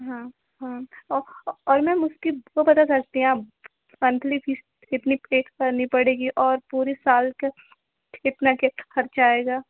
हाँ हाँ और और मैम उसकी वह बता सकती हैं आप मंथली फ़ीस कितना पे करनी पड़ेगी और पूरे साल का कितना क्या ख़र्चा आएगा